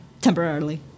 Temporarily